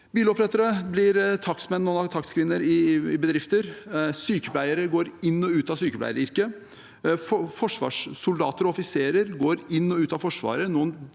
Bilopprettere blir takstmenn og takstkvinner i bedrifter. Sykepleiere går inn og ut av sykepleieryrket. Soldater og offiserer går inn og ut av Forsvaret.